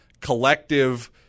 collective